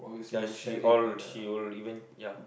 does she all she will even ya